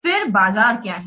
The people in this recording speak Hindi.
फिर बाजार क्या है